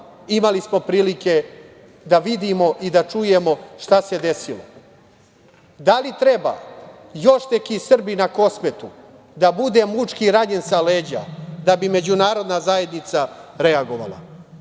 imali smo prilike da vidimo i da čujemo šta se desilo. Da li treba još neki Srbin na Kosovu da bude mučki ranjen sa leđa da bi međunarodna zajednica reagovala?